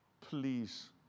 Please